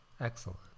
Excellent